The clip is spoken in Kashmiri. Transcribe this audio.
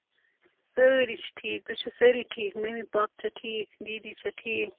سٲری چھِ ٹھیٖک تُہۍ چھُو سٲری ٹھیٖک مٔمی پاپ چھا ٹھیٖک دیٖدی چھےٚ ٹھیٖک